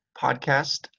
podcast